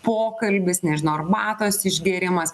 pokalbis nežinau arbatos išgėrimas